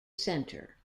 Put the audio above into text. centre